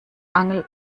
angel